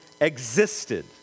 existed